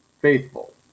faithful